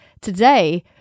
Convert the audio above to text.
Today